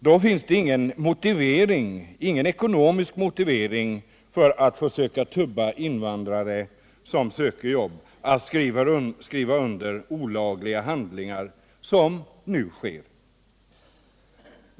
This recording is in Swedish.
Då finns det ingen ekonomisk motivering för att försöka tubba invandrare som söker jobb att skriva under olagliga handlingar, som nu sker.